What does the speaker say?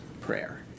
prayer